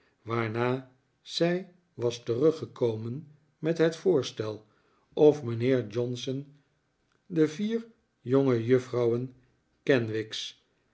waarna zij was teruggekomen met het voorstel of mijnheer johnson de vier jongejuffrouwen kenwigs